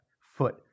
foot